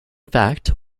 fact